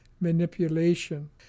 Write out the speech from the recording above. manipulation